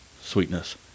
sweetness